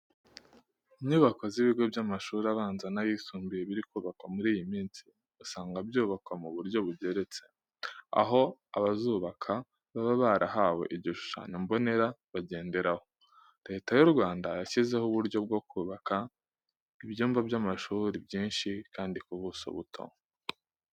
Inyubako z'ibigo by'amashuri abanza n'ayisumbuye biri kubakwa muri iyi minsi usanga byubakwa mu buryo bugeretse, aho abazubaka baba barahawe igishushanyo mbonera bagenderaho. Leta y'u Rwanda yashyizeho uburyo bwo kubaka ibyumba by'amashuri byinshi kandi ku buso buto.